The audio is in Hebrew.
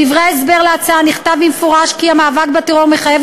בדברי ההסבר להצעה נכתב במפורש כי המאבק בטרור מחייב